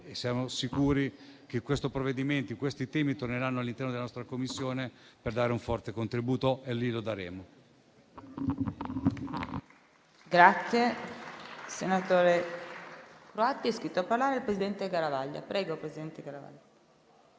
siamo sicuri che questi temi torneranno all'esame della nostra Commissione, dove potremo dare un forte contributo e lo faremo.